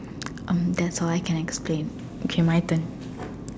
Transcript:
um that's all I can explain okay my turn